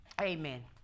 Amen